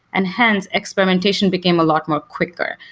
and hence, experimentation became a lot more quicker.